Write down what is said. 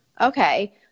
okay